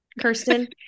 Kirsten